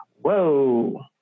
Whoa